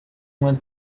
uma